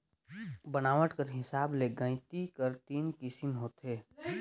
बनावट कर हिसाब ले गइती कर तीन किसिम होथे